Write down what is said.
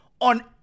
on